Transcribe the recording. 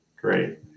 Great